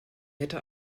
hätte